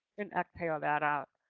and exhale that out.